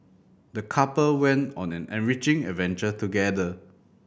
the couple went on an enriching adventure together